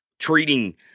treating